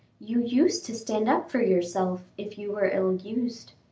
you used to stand up for yourself if you were ill-used.